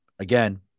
Again